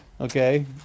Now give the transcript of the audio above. okay